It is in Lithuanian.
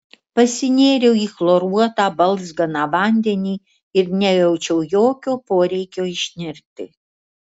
pasinėriau į chloruotą balzganą vandenį ir nejaučiau jokio poreikio išnirti